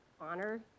honor